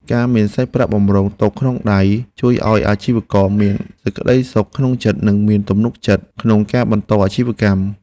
ការមានសាច់ប្រាក់បម្រុងទុកក្នុងដៃជួយឱ្យអាជីវករមានសេចក្តីសុខក្នុងចិត្តនិងមានទំនុកចិត្តក្នុងការបន្តអាជីវកម្ម។